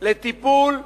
לטיפול אישי,